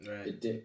Right